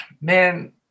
man